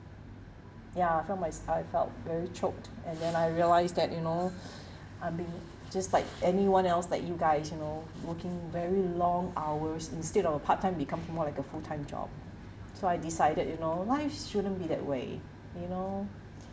ya I felt my~ I felt very choked and then I realised that you know I'm being just like anyone else like you guys you know working very long hours instead of a part time become more like a full time job so I decided you know why shouldn't be that way you know